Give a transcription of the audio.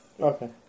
Okay